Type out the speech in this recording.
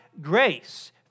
grace